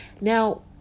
Now